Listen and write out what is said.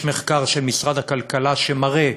יש מחקר של משרד הכלכלה שמראה